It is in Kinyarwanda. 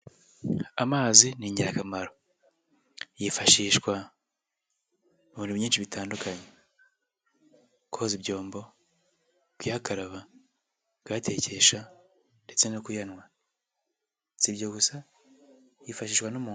Amazi ni ingirakamaro yifashishwa mu bintu byinshi bitandukanye koza ibyombo, kuyakaraba, kuyatekesha ndetse no kuyanywa, si ibyo gusa yifashishwa no mu...